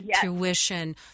tuition